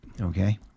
Okay